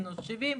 מינוס 70,